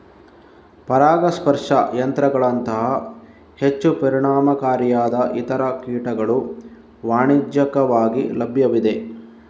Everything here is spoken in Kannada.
ಪರಾಗಸ್ಪರ್ಶ ಯಂತ್ರಗಳಂತಹ ಹೆಚ್ಚು ಪರಿಣಾಮಕಾರಿಯಾದ ಇತರ ಕೀಟಗಳು ವಾಣಿಜ್ಯಿಕವಾಗಿ ಲಭ್ಯವಿವೆ